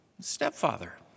Stepfather